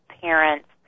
parents